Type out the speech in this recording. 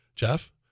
Jeff